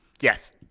Yes